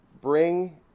Bring